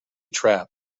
trap